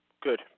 Good